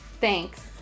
Thanks